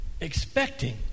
expecting